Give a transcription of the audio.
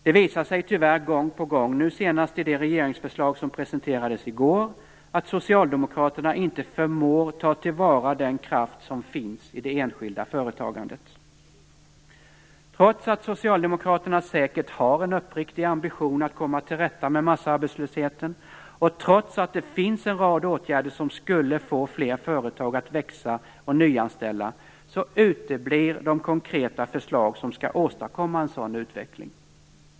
Det visar sig tyvärr gång på gång att socialdemokraterna inte förmår ta till vara den kraft som finns i det enskilda företagandet, nu senast i det regeringsförslag som presenterades i går. Trots att socialdemokraterna säkert har en uppriktig ambition att komma till rätta med massarbetslösheten och trots att det finns en rad åtgärder som skulle få fler företag att växa och nyanställa, uteblir de konkreta förslagen som skall åstadkomma en sådan utveckling.